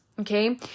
okay